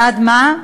בעד מה?